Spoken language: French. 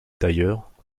d’ailleurs